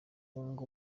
guhunga